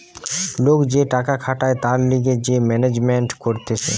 লোক যে টাকা খাটায় তার লিগে যে ম্যানেজমেন্ট কতিছে